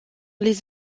les